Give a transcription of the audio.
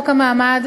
בניסוח עמום,